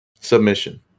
Submission